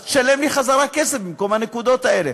אז תשלם לי בחזרה כסף במקום הנקודות האלה,